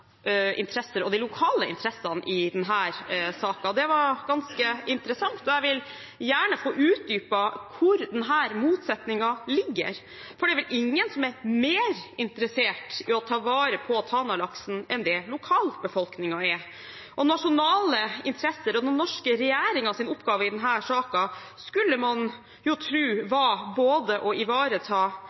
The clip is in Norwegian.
interesser og de lokale interessene i denne saken, og det var ganske interessant. Jeg vil gjerne få utdypet hvor denne motsetningen ligger, for det er vel ingen som er mer interessert i å ta vare på Tanalaksen enn det lokalbefolkningen er. Nasjonale interesser og den norske regjeringens oppgave i denne saken skulle man tro var både å ivareta